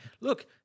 Look